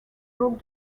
broke